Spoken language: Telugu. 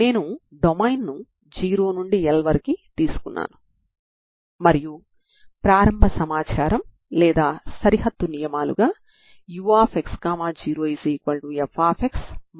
కాబట్టి ఈ పరిష్కారం యొక్క ప్రత్యేకతను విభిన్న వాదనల ద్వారా నిరూపించవచ్చు కానీ మనం ఆ పద్ధతులన్నింటిని ఇవ్వడం లేదు